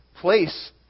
place